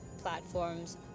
platforms